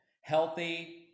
healthy